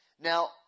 Now